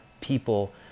people